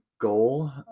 goal